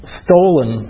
stolen